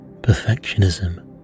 perfectionism